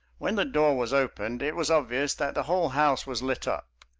when the door was opened it was obvious that the whole house was lit up.